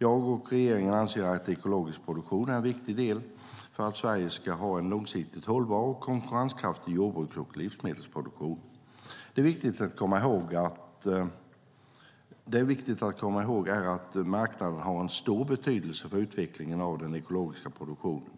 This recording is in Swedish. Jag och regeringen anser att ekologisk produktion är en viktig del för att Sverige ska kunna ha en långsiktigt hållbar och konkurrenskraftig jordbruks och livsmedelsproduktion. Det är viktigt att komma ihåg att marknaden har en stor betydelse för utvecklingen av den ekologiska produktionen.